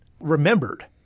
remembered